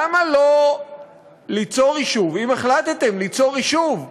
למה לא ליצור יישוב, אם החלטתם ליצור יישוב,